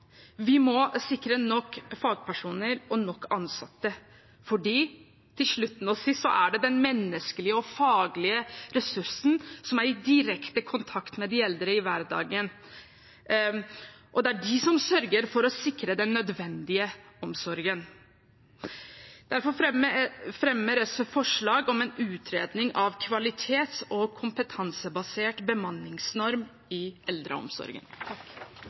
Vi må sikre nok fagpersoner og nok ansatte fordi det til syvende og sist er de menneskelige og faglige ressursene som er i direkte kontakt med de eldre i hverdagen, og det er de som sørger for å sikre den nødvendige omsorgen. Derfor fremmer SV forslag om en utredning av kvalitets- og kompetansebaserte bemanningsnormer i eldreomsorgen.